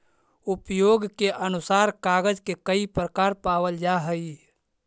उपयोग के अनुसार कागज के कई प्रकार पावल जा हई